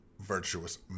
virtuous